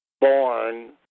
born